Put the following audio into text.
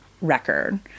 record